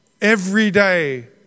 everyday